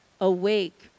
Awake